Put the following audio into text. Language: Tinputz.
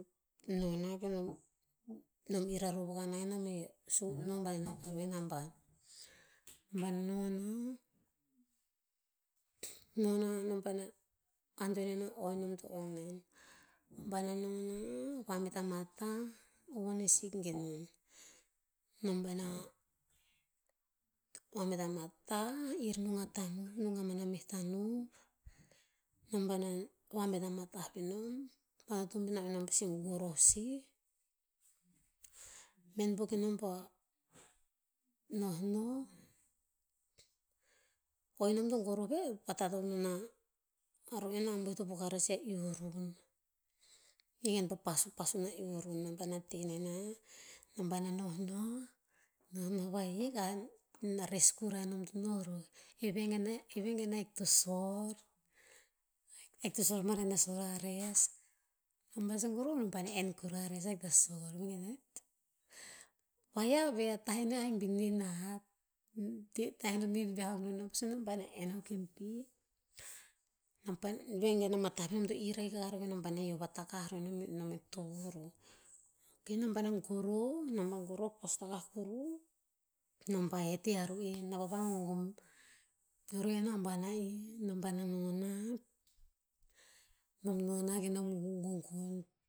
Noh na ke nom- nom irah rov akah nom he sopa nom paena noh namban. Vanu no no, noma nom paena antoen en o- o eh nom to ong nen. Va na nono, vabet a mah tah, uhuon eh siik gen non. Nom paena bana amah tah, irr nung a tanuv, nung aban nan meh tanuv, nom paena vabet amah tah pehnom, vatotobin sio vorosi bihaen poh kenom pah noh nah, o eh nom to goroh veh, vahtat akuk nom a ru'en ambuh i to poka rer sih a iurun. Ean te pasupasu nom a iurun. Nom paena teh nenah, nom paena nohnoh, nohnoh vahik, aen na ress kurah nom to noh roh. Eve gen a- eve gen ahik to sorr, ahik to sorr maren ah sorr ah ress. Nom paena sunn kuruh, nom paena enn kurah ress ahik ta sorr. Vegen vahiav eh, tah enn ahik beh nihn hat. tah enn to nihn viah akuh non, nom pa'eh sunn noh, paena enn akuk en pih. Nom paena, vegen mah tah penom to irr ahik akah roh kenom paena yiyo vatakah nom a tovuh ro. Kenom pah noh goroh namba goroh, postakah kuru, nom pah heh tehe a ru'en. Noh pah vagogom ru'en aban a'ii. Nom paena noh nah, nom noh nah, ke nom gogon